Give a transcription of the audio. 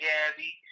Gabby